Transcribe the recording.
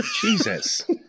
Jesus